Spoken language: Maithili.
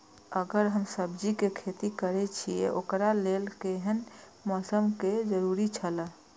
अगर हम सब्जीके खेती करे छि ओकरा लेल के हन मौसम के जरुरी छला?